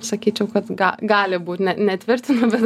sakyčiau kad ga gali būti ne netvirtinu bet